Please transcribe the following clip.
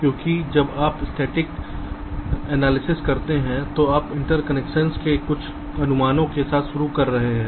क्योंकि जब आप स्थैतिक विश्लेषण करते हैं तो आप इंटरकनेक्शंस के कुछ अनुमानों के साथ शुरू कर रहे हैं